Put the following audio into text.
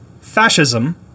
fascism